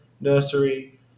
nursery